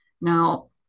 Now